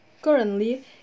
Currently